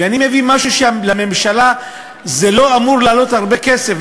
ואני מביא משהו שלא אמור לעלות לממשלה הרבה כסף.